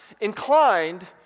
inclined